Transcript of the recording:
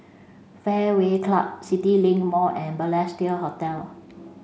Fairway Club CityLink Mall and Balestier Hotel